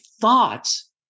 thoughts